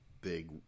big